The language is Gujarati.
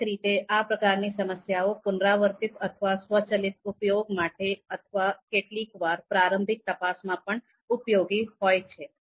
લાક્ષણિક રીતે આ પ્રકારની સમસ્યાઓ પુનરાવર્તિત અથવા સ્વચાલિત ઉપયોગ માટે અથવા કેટલીક વાર પ્રારંભિક તપાસમાં પણ ઉપયોગી હોય છે